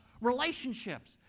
relationships